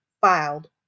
filed